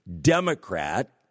Democrat